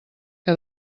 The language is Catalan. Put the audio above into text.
que